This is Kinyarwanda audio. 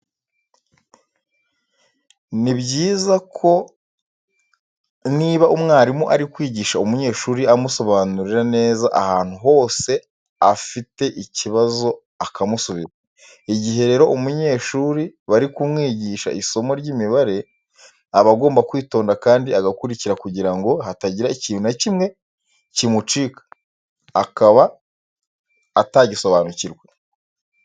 Ni byiza ko niba umwarimu ari kwigisha umunyeshuri amusobanurira neza ahantu hose afite ikibazo akamusubiza. Igihe rero umunyeshuri bari kumwigisha isomo ry'imibare aba agomba kwitonda kandi agakurikira kugira ngo hatagira ikintu na kimwe kimucika akaba atagisobanukirwa.